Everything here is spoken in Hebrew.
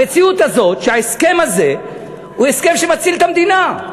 המציאות הזאת היא שההסכם הזה הוא הסכם שמציל את המדינה.